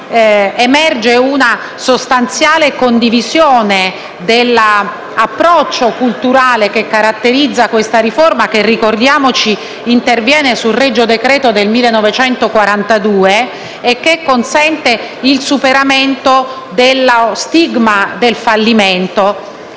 emerge una sostanziale condivisione dell'approccio culturale che caratterizza questa riforma che - ricordiamoci - interviene su un regio decreto del 1942 e consente il superamento dello stigma del fallimento,